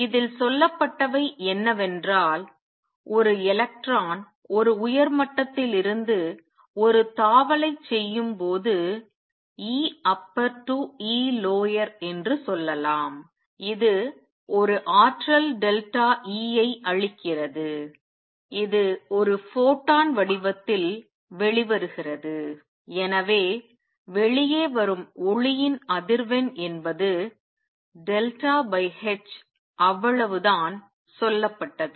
இதில் சொல்லப்பட்டவை என்னவென்றால் ஒரு எலக்ட்ரான் ஒரு உயர் மட்டத்திலிருந்து ஒரு தாவலைச் செய்யும்போது Eupper to Elower என்று சொல்லலாம் இது ஒரு ஆற்றல் டெல்டா E ஐ அளிக்கிறது இது ஒரு ஃபோட்டான் வடிவத்தில் வெளிவருகிறது எனவே வெளியே வரும் ஒளியின் அதிர்வெண் என்பது h அவ்வளவுதான் சொல்லப்பட்டது